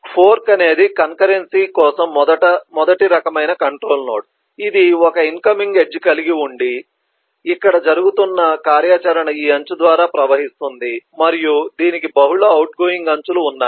fork అనేది concurrency కోసం మొదటి రకమైన కంట్రోల్ నోడ్ ఇది ఒక ఇన్కమింగ్ ఎడ్జ్ కలిగి ఉంది ఇక్కడ జరుగుతున్న కార్యాచరణ ఈ అంచు ద్వారా ప్రవహిస్తుంది మరియు దీనికి బహుళ అవుట్గోయింగ్ అంచులు ఉన్నాయి